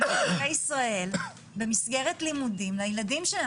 הורי ילדים במסגרת לימודים לילדים שלהם.